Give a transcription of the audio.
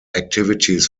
activities